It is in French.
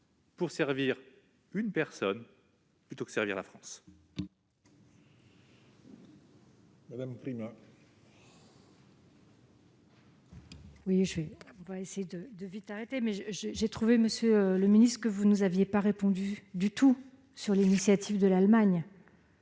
pour servir une personne, plutôt que la France